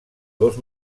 dos